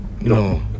no